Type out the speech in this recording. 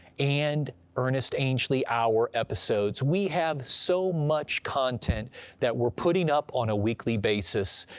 and ernest angley hour episodes. we have so much content that we're putting up on a weekly basis,